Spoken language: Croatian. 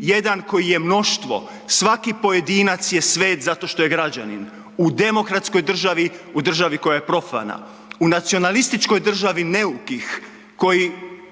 jedan koji je mnoštvo. Svaki pojedinac je svet zato što je građanin u demokratskoj državi u državi koja je profana. U nacionalističkoj državi neukih koji